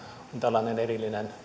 tällainen erillinen niin